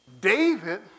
David